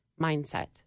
mindset